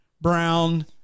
Brown